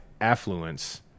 affluence